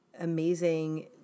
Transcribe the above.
amazing